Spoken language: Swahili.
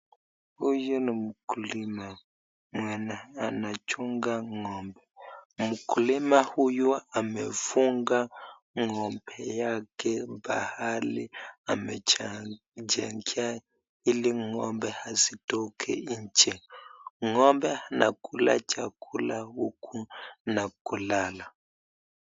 Huyu ni mkulima anachunga ng'ombe mkulima huyu amefunga ng'ombe yake pahali amejengea ili ng'ombe asitoke inje .Ng'ombe anakula chakula huku na kulala.